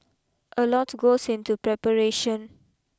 a lot goes into preparation